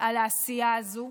על העשייה הזו,